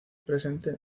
presente